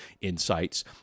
insights